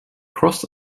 cross